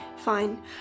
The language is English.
Fine